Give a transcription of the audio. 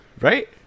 right